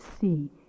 see